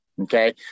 Okay